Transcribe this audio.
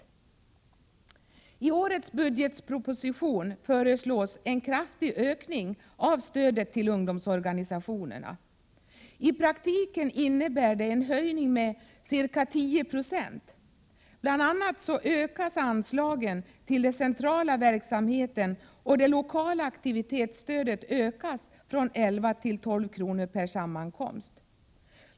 TI årets budgetproposition föreslås en kraftig ökning av stödet till ungdomsorganisationerna. I praktiken innebär det en ökning med ca 10 20. Bl. a. ökas anslaget till den centrala verksamheten, och det lokala aktivitetsstödet ökas från 11 till 12 kr. per sammankomst.